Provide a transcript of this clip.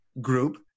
group